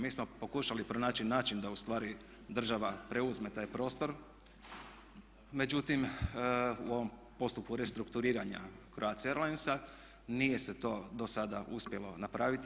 Mi smo pokušali pronaći način da ustvari država preuzme taj prostor međutim u ovom postupku restrukturiranja Croatia airlinesa nije se to do sada uspjelo napraviti.